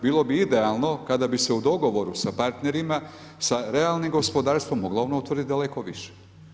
Bilo bi idealno kada bi se u dogovoru sa partnerima, sa realnim gospodarstvom mogla ona utvrditi daleko više.